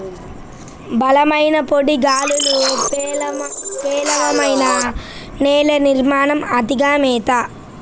బలమైన పొడి గాలులు, పేలవమైన నేల నిర్మాణం, అతిగా మేత